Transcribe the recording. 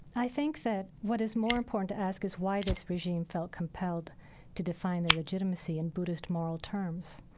i think that what is more important to ask is why this regime felt compelled to define their legitimacy in buddhist moral terms.